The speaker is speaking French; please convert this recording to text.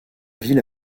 ville